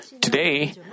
Today